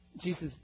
Jesus